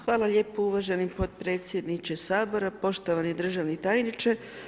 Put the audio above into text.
Hvala lijepa uvaženi potpredsjedniče Sabora, poštovani državni tajniče.